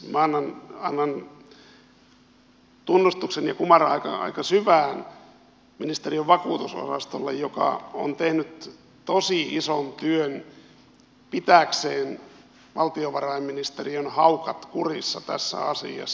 minä annan tunnustuksen ja kumarran aika syvään ministeriön vakuutusosastolle joka on tehnyt tosi ison työn pitääkseen valtiovarainministeriön haukat kurissa tässä asiassa